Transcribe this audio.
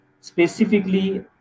specifically